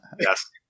Yes